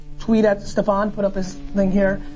tweet at staphon. put up his link here.